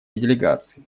делегаций